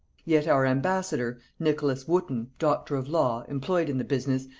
yet our embassador, nicholas wotton doctor of law, employed in the business,